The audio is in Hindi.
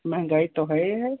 महंगाई तो हैय है